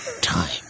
time